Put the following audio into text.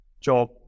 job